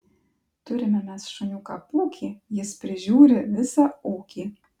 turime mes šuniuką pūkį jis prižiūri visą ūkį